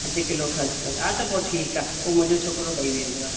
अधु किलो खसिखसि हात पो ठीक आ पो मुंहिंजो छोकिरो ॾई वेंदव